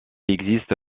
existe